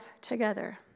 together